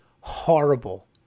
horrible